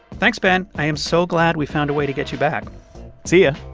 thanks, ben. i am so glad we found a way to get you back see yeah